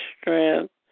strength